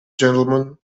gentlemen